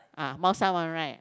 ah Mao-Shan-Wang right